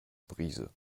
brise